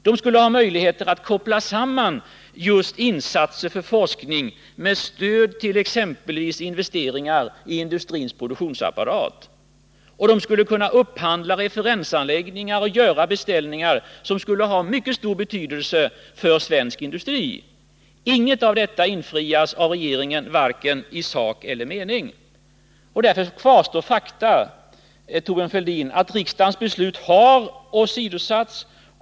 De skulle ha möjligheter att koppla samman insatser för forskning med stöd till exempelvis investeringar i industrins produktionsapparat. De skulle kunna upphandla referensanläggningar och göra beställningar som skulle ha mycket stor betydelse för svensk industri. Inget av detta infrias av regeringen, vare sig i sak eller i mening. Faktum kvarstår, Thorbjörn Fälldin: Riksdagens beslut har åsidosatts.